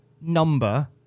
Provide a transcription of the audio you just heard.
number